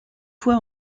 fois